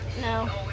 No